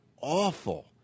awful